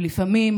ולפעמים,